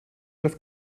das